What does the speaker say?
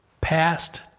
past